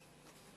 לא.